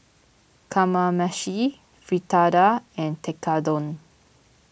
Kamameshi Fritada and Tekkadon